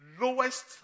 lowest